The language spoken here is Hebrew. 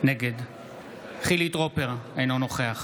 נגד חילי טרופר, אינו נוכח